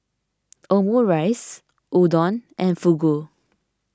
Omurice Udon and Fugu